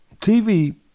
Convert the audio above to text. TV